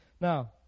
Now